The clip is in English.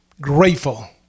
grateful